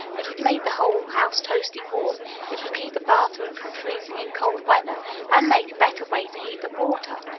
it would make the whole house toasty warm it would keep the bathroom from freezing in cold weather and make a better way to heat the water.